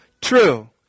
true